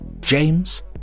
james